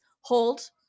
hold